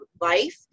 life